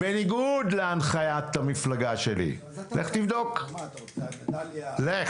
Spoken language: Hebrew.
בניגוד להנחיית המפלגה שלי, לך תבדוק, לך.